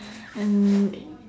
and